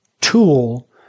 tool